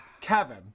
Kevin